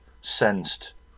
sensed